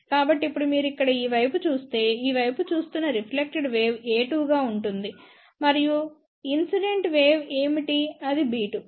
కాబట్టి ఇప్పుడు మీరు ఇక్కడ ఈ వైపు చూస్తే ఈ వైపు చూస్తున్న రిఫ్లెక్టెడ్ వేవ్ a2 గా ఉంటుంది మరియు ఇన్సిడెంట్ వేవ్ ఏమిటి అది b2